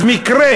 אז המקרה,